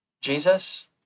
Jesus